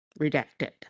redacted